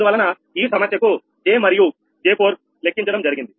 అందువలన ఈ సమస్యకు J మరియు J4 లెక్కించడం జరిగింది